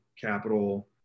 capital